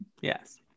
Yes